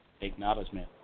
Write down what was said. acknowledgement